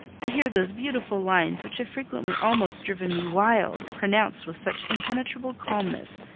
to hear those beautiful lines which have frequently almost driven me wild, pronounced with such impenetrable calmness,